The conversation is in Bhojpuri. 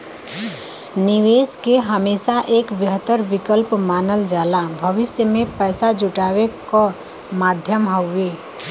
निवेश के हमेशा एक बेहतर विकल्प मानल जाला भविष्य में पैसा जुटावे क माध्यम हउवे